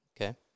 okay